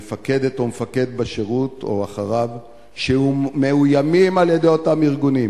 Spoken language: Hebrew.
מפקדת או מפקד בשירות או אחריו שמאוימים על-ידי אותם ארגונים